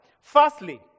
Firstly